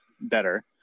better